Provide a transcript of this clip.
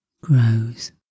grows